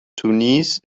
tunis